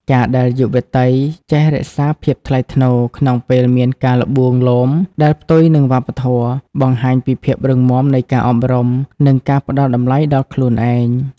ការដែលយុវតីចេះ "រក្សាភាពថ្លៃថ្នូរ" ក្នុងពេលមានការល្បួងលោមដែលផ្ទុយនឹងវប្បធម៌ បង្ហាញពីភាពរឹងមាំនៃការអប់រំ និងការផ្ដល់តម្លៃដល់ខ្លួនឯង។